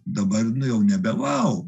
dabar nu jau nebe vau